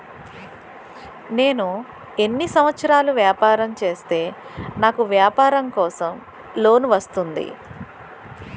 నేను ఎన్ని సంవత్సరాలు వ్యాపారం చేస్తే నాకు వ్యాపారం కోసం లోన్ వస్తుంది?